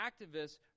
activists